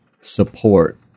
support